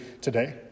today